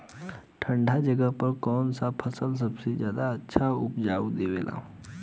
ठंढा जगह पर कौन सा फसल सबसे ज्यादा अच्छा उपज देवेला?